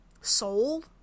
soul